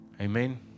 Amen